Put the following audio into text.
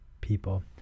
people